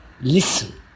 listen